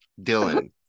Dylan